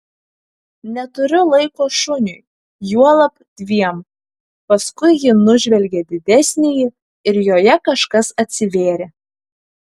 neturiu laiko šuniui juolab dviem paskui ji nužvelgė didesnįjį ir joje kažkas atsivėrė